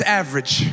average